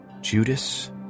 Judas